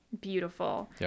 beautiful